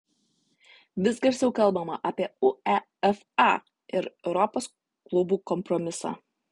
vis garsiau kalbama apie uefa ir europos klubų kompromisą